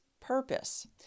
purpose